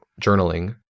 journaling